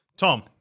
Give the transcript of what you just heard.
Tom